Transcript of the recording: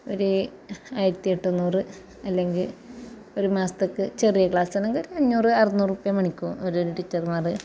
ഒരു ആയിരത്തി എട്ട് നൂറ് അല്ലെങ്കിൽ ഒരു മാസത്തേക്ക് ചെറിയ ക്ലാസ്സാണെങ്കിൽ ഒരു അഞ്ഞൂറ് അറുനൂറ് റുപ്യാ മേടിക്കും ഓരോ ഓരോ ടീച്ചർമാർ